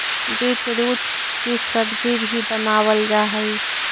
beetroot की सब्जी भी बनावाल जा हई